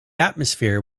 atmosphere